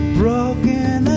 broken